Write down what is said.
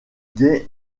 gay